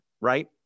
right